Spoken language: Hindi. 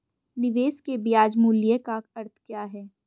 निवेश के ब्याज मूल्य का अर्थ क्या है?